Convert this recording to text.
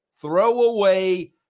throwaway